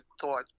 thought